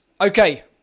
Okay